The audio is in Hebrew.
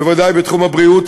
בוודאי בתחום הבריאות,